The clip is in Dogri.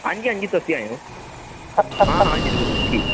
आं जी आं जी तुस बी आयो आं हां जरूर ठीक ी